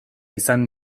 izan